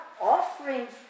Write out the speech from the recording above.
offerings